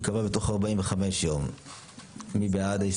מי בעד?